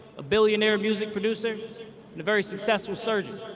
a billionaire music producer and a very successful surgeon.